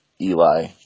Eli